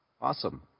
awesome